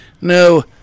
No